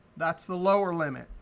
that's the lower limit.